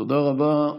תודה רבה.